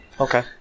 Okay